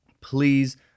please